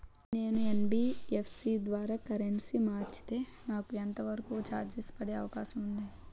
నేను యన్.బి.ఎఫ్.సి ద్వారా కరెన్సీ మార్చితే నాకు ఎంత వరకు చార్జెస్ పడే అవకాశం ఉంది?